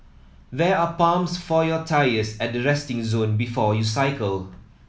there are pumps for your tyres at the resting zone before you cycle